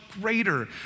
greater